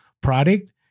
product